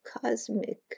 cosmic